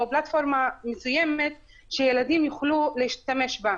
או פלטפורמה מסוימת שילדים יוכלו להשתמש בה.